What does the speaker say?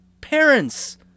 parents